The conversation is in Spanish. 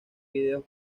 videos